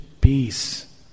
peace